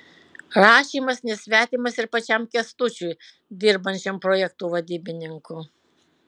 rašymas nesvetimas ir pačiam kęstučiui dirbančiam projektų vadybininku